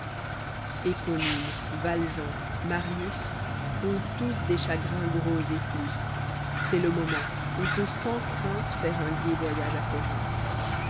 valjean afarius ont tous des chagrins gros et plus c'est le moment on peut sans crainte faire un gai voyage à corinthe